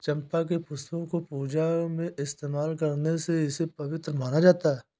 चंपा के पुष्पों को पूजा में इस्तेमाल करने से इसे पवित्र माना जाता